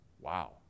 Wow